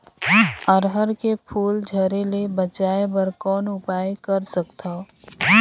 अरहर के फूल झरे ले बचाय बर कौन उपाय कर सकथव?